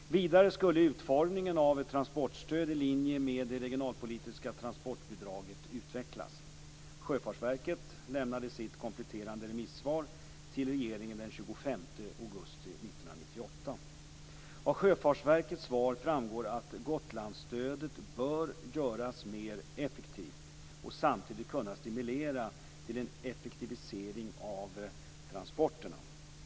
Vidare skulle utformningen av ett transportstöd i linje med det regionalpolitiska transportbidraget utvecklas. Sjöfartsverket lämnade sitt kompletterande remissvar till regeringen den 25 augusti 1998. Av Sjöfartsverkets svar framgår att Gotlandsstödet bör göras mer effektivt och samtidigt kunna stimulera till en effektivisering av transporterna.